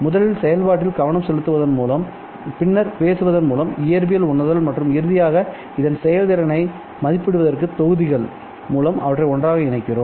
முதலில் செயல்பாட்டில் கவனம் செலுத்துவதன் மூலம் பின்னர் பேசுவதன் மூலம் இயற்பியல் உணர்தல் மற்றும் இறுதியாக இதன் செயல்திறனை மதிப்பிடுவதற்கு தொகுதிகள் மூலம் அவற்றை ஒன்றாக இணைக்கிறோம்